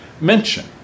mention